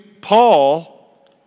Paul